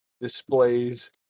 displays